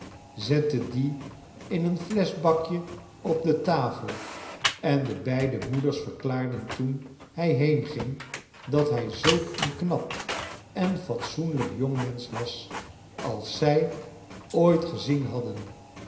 zette die in een fleschbakje op de tafel en de beide moeders verklaarden toen hij heenging dat hij zulk een knap en fatsoenlijk jong mench was als zij ooit gezien hadden